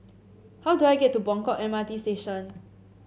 how do I get to Buangkok M R T Station